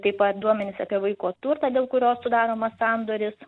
taip pat duomenis apie vaiko turtą dėl kurio sudaromas sandoris